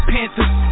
Panthers